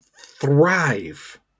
thrive